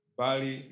Bali